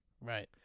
Right